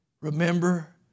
Remember